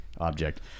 object